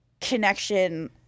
connection